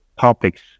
topics